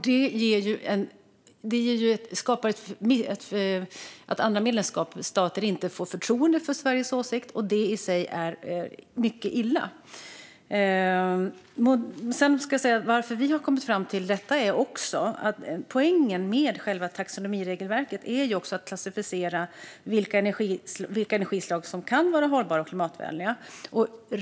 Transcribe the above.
Det gör att andra medlemsstater inte får förtroende för Sveriges åsikt, och det är i sig mycket illa. Att vi har kommit fram till detta är också därför att poängen med taxonomiregelverket är att klassificera vilka energislag som är hållbara och klimatvänliga.